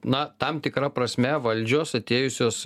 na tam tikra prasme valdžios atėjusios